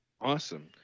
awesome